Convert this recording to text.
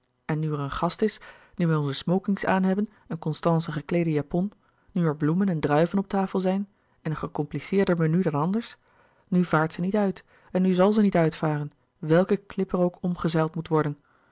en nu er een gast is nu wij onze smokings aan hebben en constance een gekleede japon nu er bloemen en druiven op tafel zijn en een gecompliceerder menu dan anders nu vaart ze niet uit en nu zal ze niet uitvaren welke klip er ook omgezeild moet worden